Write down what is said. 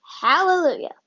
Hallelujah